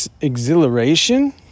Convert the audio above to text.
exhilaration